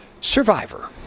Survivor